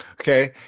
Okay